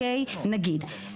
נגיד,